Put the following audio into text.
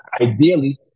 ideally